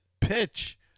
pitch